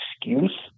excuse